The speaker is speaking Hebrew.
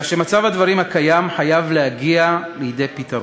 אלא שמצב הדברים הקיים חייב להגיע לידי פתרון.